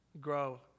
grow